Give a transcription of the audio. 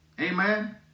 Amen